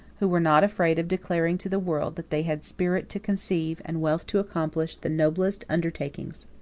who were not afraid of declaring to the world that they had spirit to conceive, and wealth to accomplish, the noblest undertakings.